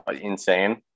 insane